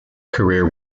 career